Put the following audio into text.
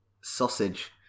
sausage